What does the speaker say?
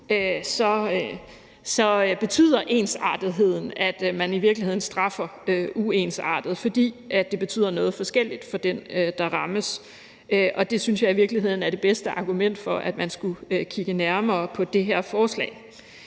nu, betyder ensartetheden, at man i virkeligheden straffer uensartet, fordi det betyder noget forskelligt for dem, der rammes. Og det synes jeg i virkeligheden er det bedste argument for, at man skulle kigge nærmere på det her forslag.